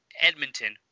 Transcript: Edmonton